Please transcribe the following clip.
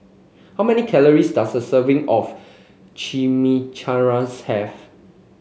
how many calories does a serving of Chimichangas have